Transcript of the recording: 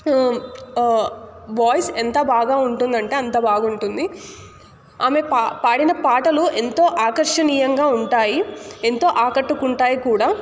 voice ఎంత బాగా ఉంటుందంటే అంత బాగుంటుంది ఆమె పాడిన పాటలు ఎంతో ఆకర్షణీయంగా ఉంటాయి ఎంతో ఆకట్టుకుంటాయి కూడా